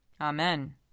Amen